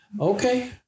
Okay